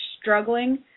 struggling